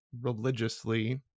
Religiously